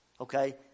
Okay